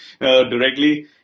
directly